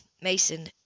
mason